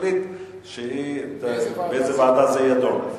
שתחליט באיזה ועדה זה יידון,